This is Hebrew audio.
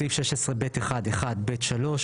בסעיף 16(ב1)(1)(ב)(3),